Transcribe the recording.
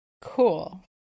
Cool